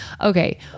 okay